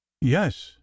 Yes